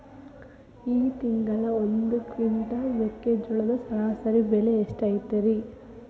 ಈ ತಿಂಗಳ ಒಂದು ಕ್ವಿಂಟಾಲ್ ಮೆಕ್ಕೆಜೋಳದ ಸರಾಸರಿ ಬೆಲೆ ಎಷ್ಟು ಐತರೇ?